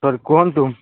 ସରି କୁହନ୍ତୁ